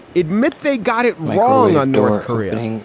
admit they got it wrong on north korea.